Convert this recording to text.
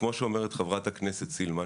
כמו שאומרת חברת הכנסת סילמן